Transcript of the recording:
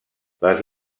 les